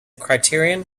criterion